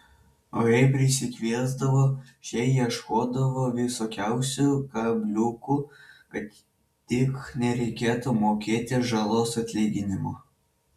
o jei prisikviesdavo šie ieškodavo visokiausių kabliukų kad tik nereikėtų mokėti žalos atlyginimo